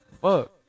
fuck